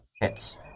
hits